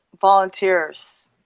volunteers